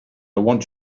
want